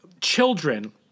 Children